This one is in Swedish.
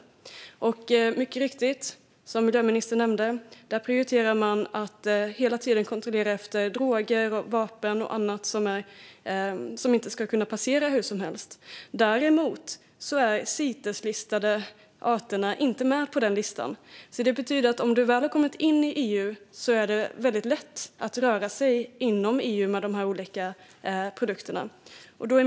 Där prioriterar man mycket riktigt, vilket miljöministern nämnde, att kontrollera att droger, vapen och annat inte ska kunna passera hur som helst - men de Citeslistade arterna är inte med på listan. Det betyder att den som väl har kommit in i EU har väldigt lätt att röra sig inom EU med dessa produkter.